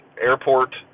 airport